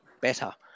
better